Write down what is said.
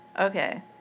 Okay